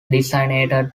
designated